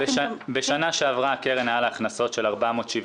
בשנה שעבר היו לקרן הכנסות של 470